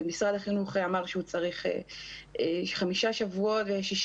משרד החינוך אמר שהוא צריך חמישה שבועות ו-6